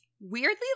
weirdly